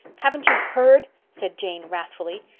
haven't you heard? said jane wrathfully.